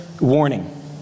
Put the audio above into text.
warning